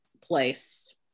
place